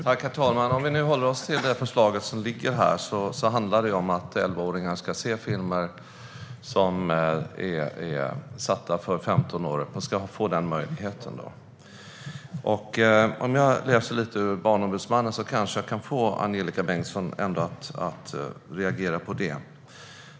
Herr talman! Om vi håller oss till det förslag som ligger handlar det om att elvaåringar ska få möjlighet att se filmer som är tänkta för dem som är femton år och uppåt. Om jag citerar Barnombudsmannen kanske jag ändå kan få Angelika Bengtsson att reagera på det.